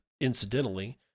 incidentally